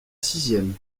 sixième